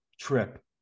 trip